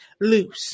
loose